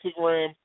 Instagram